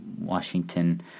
Washington